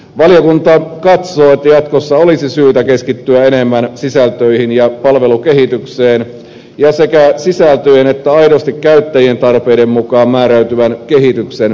valiokunta katsoo että jatkossa olisi syytä keskittyä enemmän sisältöihin ja palvelukehitykseen ja sekä sisältöjen että aidosti käyttäjien tarpeiden mukaan määräytyvän kehityksen edistämiseen